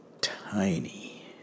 tiny